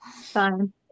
Fine